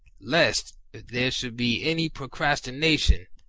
lest, if there should be any procrastination,